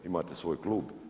Imate svoj klub.